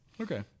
Okay